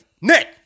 Nick